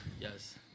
Yes